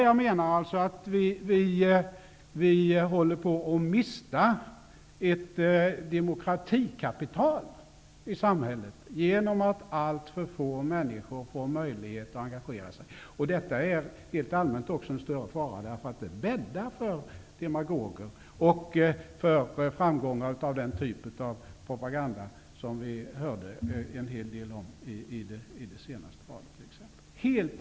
Jag menar alltså att vi håller på att mista ett demokratikapital i samhället genom att alltför få människor får möjlighet att engagera sig. Detta är också helt allmänt en större fara, för det bäddar för demagoger och framgångar för den typ av propaganda som vi hörde en hel del av vid det senaste valet.